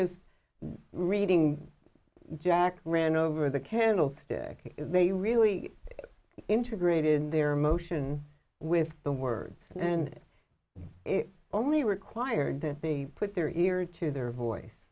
just reading jack ran over the candle stick they really integrated in their motion with the words and it only required that they put their ears to their voice